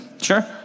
Sure